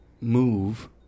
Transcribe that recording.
move